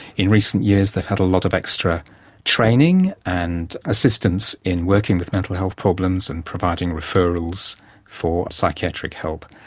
in recent years they've had a lot of extra training and assistance in working with mental health problems and providing referrals for psychiatric help.